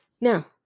Now